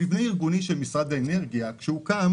המבנה הארגוני של משרד האנרגיה הוקם